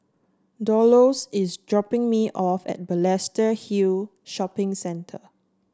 Dolores is dropping me off at Balestier Hill Shopping Center